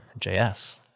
JS